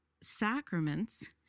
sacraments